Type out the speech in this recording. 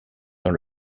dans